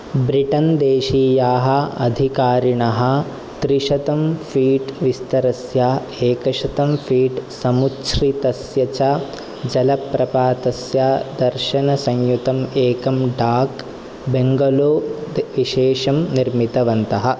ब्रिटन्देशीयाः अधिकारिणः त्रिशतम् फ़ीट् विस्तरस्य एकशतम् फ़ीट् समुच्छ्रितस्य च जलप्रपातस्य दर्शनसंयुतम् एकं डाक् बेङ्गलो विशेषं निर्मितवन्तः